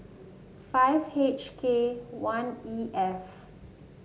five H K one E F